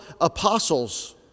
apostles